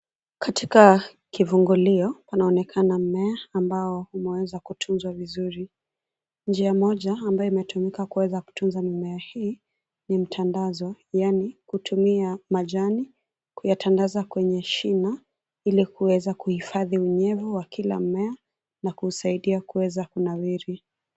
Katika kivungulio kunaonekana mmea ambao umeweza kutunzwa vizuri. Njia moja ambayo imetumika kutunza mimea hii ni mtandazo. Yaani, kutumia majani kuyatandaza kwenye shina ilikuweza kuhifadhi unyevu wa kila mmema na kuusaidia kuweza kunawiri.